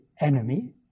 enemy